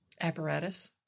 apparatus